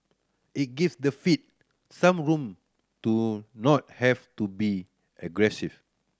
it give the Fed some room to not have to be aggressive